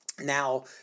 now